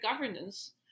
governance